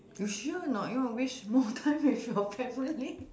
you sure or not you want to wish more time with your family